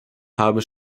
haben